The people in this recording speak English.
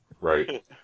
Right